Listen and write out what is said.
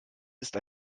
ist